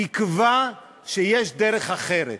תקווה שיש דרך אחרת.